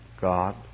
God